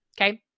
okay